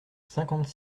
cinquante